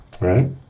Right